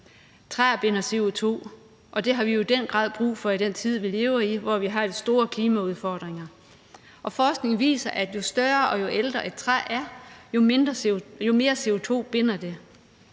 Træer binder CO2, og det har vi jo i den grad brug for i den tid, vi lever i, hvor vi har de store klimaudfordringer, og forskningen viser, at jo større og jo ældre et træ er, jo mere CO2 binder det.